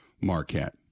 Marquette